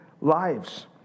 lives